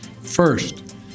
First